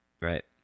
Right